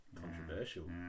controversial